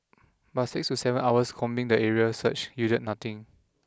but six to seven hours combing the area search yielded nothing